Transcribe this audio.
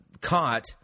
caught